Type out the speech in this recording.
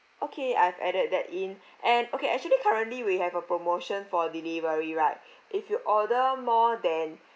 okay I've added that in and okay actually currently we have a promotion for delivery right if you order more than